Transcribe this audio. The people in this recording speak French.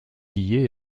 lié